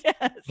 Yes